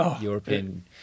European